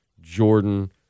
Jordan